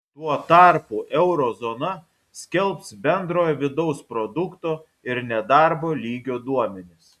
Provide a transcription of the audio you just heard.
tuo tarpu euro zona skelbs bendrojo vidaus produkto ir nedarbo lygio duomenis